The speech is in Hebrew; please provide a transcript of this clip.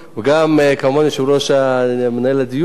גם ליושב-ראש מנהל הדיון,